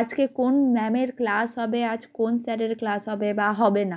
আজকে কোন ম্যামের ক্লাস হবে আজ কোন স্যারের ক্লাস হবে বা হবে না